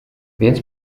więc